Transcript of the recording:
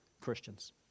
Christians